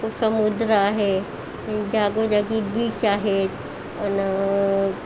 समुद्र आहे जागोजागी बीच आहेत आणि